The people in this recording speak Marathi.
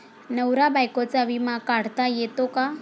नवरा बायकोचा विमा काढता येतो का?